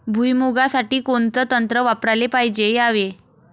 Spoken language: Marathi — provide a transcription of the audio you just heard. भुइमुगा साठी कोनचं तंत्र वापराले पायजे यावे?